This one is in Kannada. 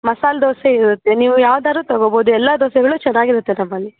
ಮಸಾಲೆ ದೋಸೆ ಇರುತ್ತೆ ನೀವು ಯಾವುದಾದ್ರೂ ತೊಗೋಬೋದು ಎಲ್ಲ ದೋಸೆಗಳು ಚೆನ್ನಾಗಿರುತ್ತೆ ನಮ್ಮಲ್ಲಿ